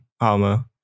armor